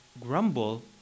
grumble